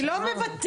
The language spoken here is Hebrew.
אני לא מבטלת.